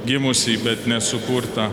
gimusį bet nesukurtą